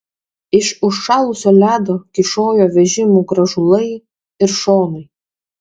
iš užšalusio ledo kyšojo vežimų grąžulai ir šonai